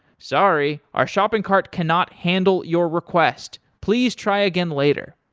sorry, our shopping cart cannot handle your request. please try again later.